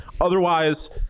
otherwise